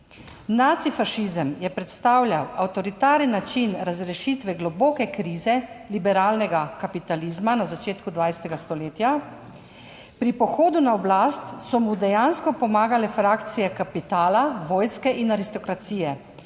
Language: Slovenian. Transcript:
Nacifašizem je predstavljal avtoritaren način razrešitve globoke krize liberalnega kapitalizma na začetku 20. stoletja. Pri pohodu na oblast so mu dejansko pomagale frakcije kapitala, vojske in aristokracije,